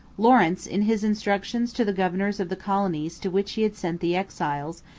lawrence, in his instructions to the governors of the colonies to which he had sent the exiles,